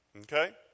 Okay